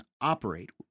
operate